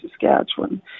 Saskatchewan